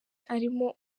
arimo